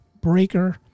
Breaker